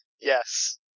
Yes